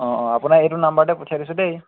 অ অ আপোনাৰ এইটো নাম্বাৰতে পঠিয়াই দিছোঁ দেই